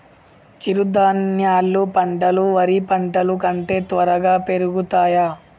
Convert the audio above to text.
చిరుధాన్యాలు పంటలు వరి పంటలు కంటే త్వరగా పెరుగుతయా?